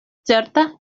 certa